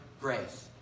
grace